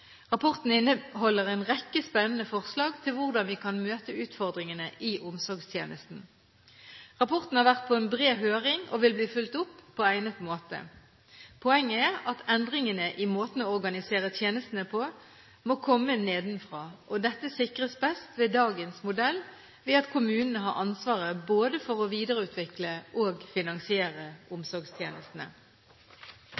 Rapporten inneholder en rekke spennende forslag til hvordan vi kan møte utfordringene i omsorgstjenesten. Rapporten har vært på bred høring og vil bli fulgt opp på egnet måte. Poenget er at endringene i måten å organisere tjenestene på må komme nedenfra. Dette sikres best med dagens modell – ved at kommunene har ansvaret for både å videreutvikle og å finansiere omsorgstjenestene. Det blir replikkordskifte. Fremskrittspartiet fremmer forslag om